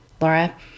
Laura